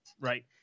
Right